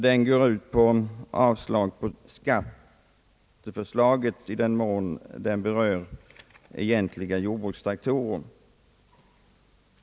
Denna går ut på avslag på skatteförslaget i den mån det berör egentliga jordbrukstraktorer.